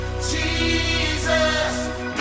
Jesus